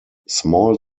small